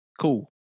cool